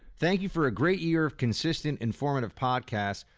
thank you for a great year of consistent, informative podcasts.